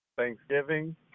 Thanksgiving